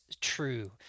true